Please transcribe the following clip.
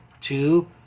two